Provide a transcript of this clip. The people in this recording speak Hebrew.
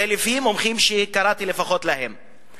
זה לפי מומחים שקראתי, לפחות, את דבריהם.